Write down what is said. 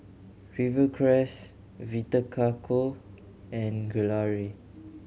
Rivercrest Vita Coco and Gelare